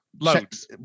loads